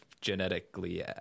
genetically